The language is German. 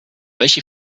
welche